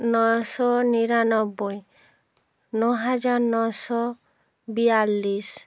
নশো নিরানব্বই ন হাজার নশো বিয়াল্লিশ